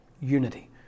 unity